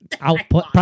Output